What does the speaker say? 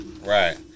Right